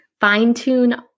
fine-tune